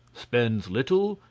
spends little,